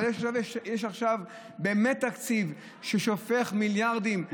אבל יש עכשיו תקציב ששופך מיליארדים,